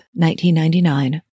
1999